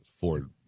Ford